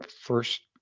first